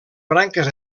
branques